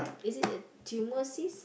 is it a tumour cyst